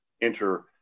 enter